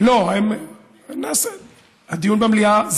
הדיון במליאה,